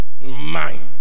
Mind